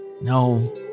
no